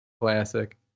Classic